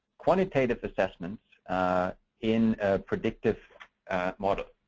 quantitative assessments in predictive models.